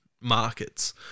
markets